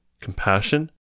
compassion